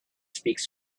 speaks